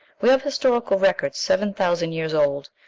we have historical records seven thousand years old,